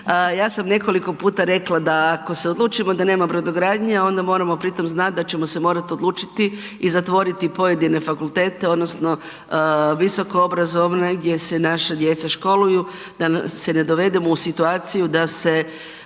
ja sam nekoliko puta rekla da ako se odlučimo da nema brodogradnje, onda moramo pritom znat da ćemo se morat odlučiti i zatvoriti pojedine fakultete odnosno visokoobrazovne gdje se naša djeca školuju, da se ne dovedemo u situaciju da se